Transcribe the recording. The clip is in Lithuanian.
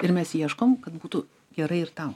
ir mes ieškom kad būtų gerai ir tau